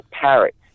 parrot